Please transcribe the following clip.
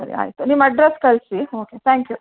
ಸರಿ ಆಯಿತು ನಿಮ್ಮ ಅಡ್ರೆಸ್ಸ್ ಕಳಿಸಿ ಓಕೆ ತ್ಯಾಂಕ್ ಯು